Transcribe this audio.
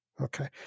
Okay